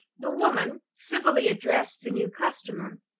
the woman civilly addressed the new customer.